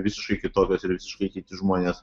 visiškai kitokios ir visiškai kiti žmonės